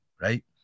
right